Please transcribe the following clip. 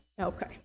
Okay